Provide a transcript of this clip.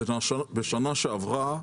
בשנה שעברה,